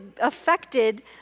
affected